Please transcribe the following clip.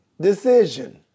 decision